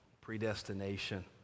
predestination